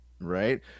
right